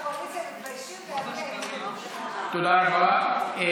חברי הכנסת מהקואליציה, תתביישו, תודה רבה.